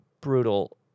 brutal